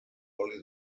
oli